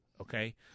Okay